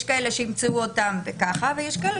יש כאלה שימצאו אותם ככה ויש כאלה